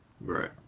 Right